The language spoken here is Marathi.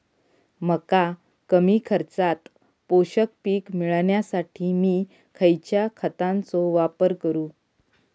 मका कमी खर्चात पोषक पीक मिळण्यासाठी मी खैयच्या खतांचो वापर करू?